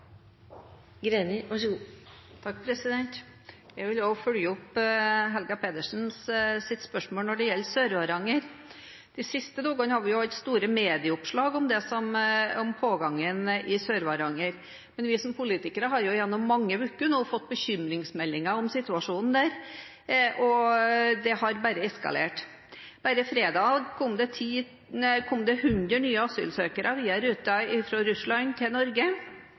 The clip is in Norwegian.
Jeg vil også følge opp Helga Pedersens spørsmål når det gjelder Sør-Varanger. De siste dagene har det vært store medieoppslag om pågangen i Sør-Varanger, men vi som politikere har gjennom mange uker nå fått bekymringsmeldinger om situasjonen der, og det har bare eskalert. Bare fredag kom det 100 nye asylsøkere til Norge via ruter fra Russland. Kapasiteten i Sør-Varanger er sprengt. Det sies at det antallet som kommer dit nå, tilsvarer 3 000 per dag til